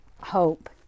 hope